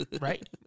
Right